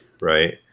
right